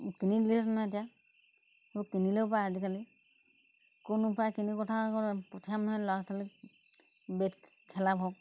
কিনি দিলেই নহয় এতিয়া এইবোৰ কিনিলেও পায় আজিকালি কোন উপায় কিনো কথা আকৌ পঠিয়াম নহয় ল'ৰা ছোৱালীক বেট খেলাবোৰত